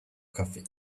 coffee